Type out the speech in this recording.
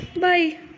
bye